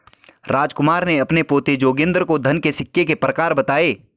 रामकुमार ने अपने पोते जोगिंदर को धन के सिक्के के प्रकार बताएं